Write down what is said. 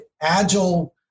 Agile